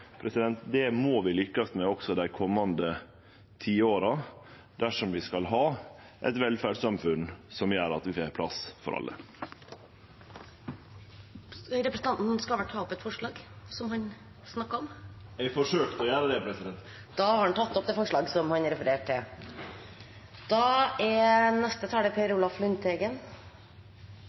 Det må vi lykkast med også dei komande tiåra dersom vi skal ha eit velferdssamfunn som gjer at vi får plass for alle. Representanten skal vel ta opp forslaget han snakket om? Eg forsøkte å gjere det. Da har representanten Jon Georg Dale tatt opp det forslaget han refererte til. Da